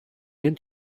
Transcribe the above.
den